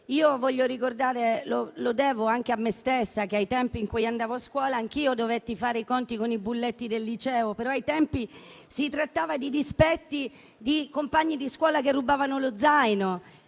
Voglio ricordare - lo devo anche a me stessa - che ai tempi in cui andavo a scuola, anch'io dovetti fare i conti con i bulletti del liceo. A quei tempi però si trattava di dispetti di compagni di scuola che rubavano lo zaino,